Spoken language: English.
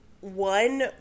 one